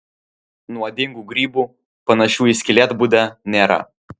nuodingų grybų panašių į skylėtbudę nėra